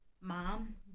mom